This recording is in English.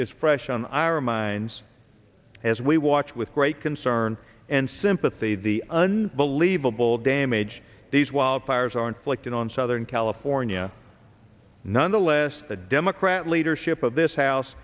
is fresh on our minds as we watch with great concern and sympathy the unbelievable damage these wildfires are inflicting on southern california nonetheless the democrat leadership of this house